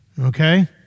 Okay